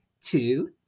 two